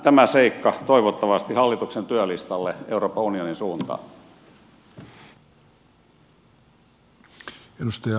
tämä seikka toivottavasti hallituksen työlistalle euroopan unionin suuntaan